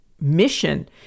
mission